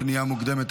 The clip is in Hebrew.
פנייה מוקדמת),